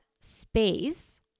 space